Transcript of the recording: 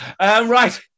Right